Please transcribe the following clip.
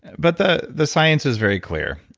but the the science is very clear.